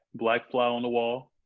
BlackFlyOnTheWall